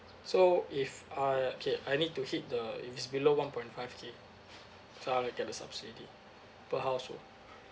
so if I okay I need to hit the if it's below one point five K so I'll get the subsidy per household